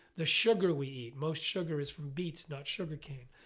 the sugar we eat. most sugar is from beets, not sugar cane.